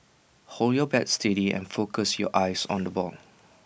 hold your bat steady and focus your eyes on the ball